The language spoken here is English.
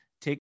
take